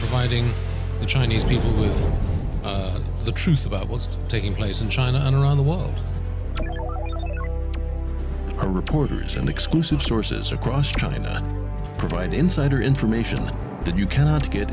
fighting the chinese people is the truth about what's taking place in china and around the world are reporters and exclusive sources across china provide insider information that you cannot get